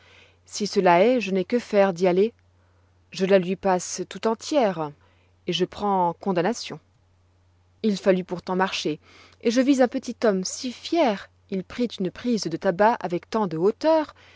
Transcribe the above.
si cela est je n'ai que faire d'y aller je prends déjà condamnation et je la lui passe tout entière il fallut pourtant marcher et je vis un petit homme si fier il prit une prise de tabac avec tant de hauteur